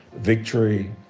victory